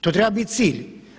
To treba biti cilj.